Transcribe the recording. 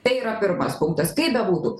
tai yra pirmas punktas kaip bebūtų